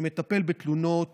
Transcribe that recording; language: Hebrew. שמטפל בתלונות